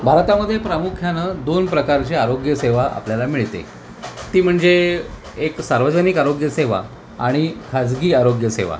भारतामध्ये प्रामुख्याने दोन प्रकारची आरोग्य सेवा आपल्याला मिळते ती म्हणजे एक सार्वजनिक आरोग्य सेवा आणि खाजगी आरोग्य सेवा